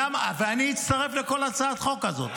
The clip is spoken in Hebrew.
ואני אצטרף לכל הצעת חוק כזאת.